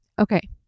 Okay